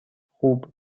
خوب